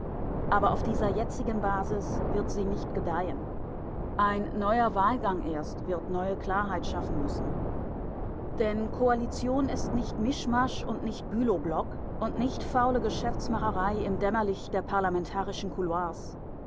aber auf dieser jetzigen basis wird sie nicht gedeihen ein neuer wahlgang erst wird neue klarheit schaffen müssen denn koalition ist nicht mischmasch und nicht bülow-block und nicht faule geschäftsmacherei im dämmerlicht der parlamentarischen couloirs